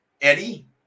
Eddie